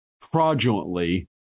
fraudulently